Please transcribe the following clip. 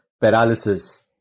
paralysis